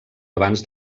abans